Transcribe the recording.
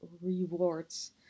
rewards